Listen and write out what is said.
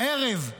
הערב,